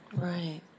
Right